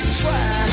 try